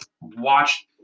watch